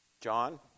John